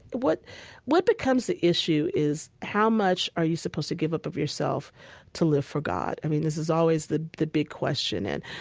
what what becomes the issue is how much are you supposed to give up of yourself to live for god? i mean, this is always the the big question. and,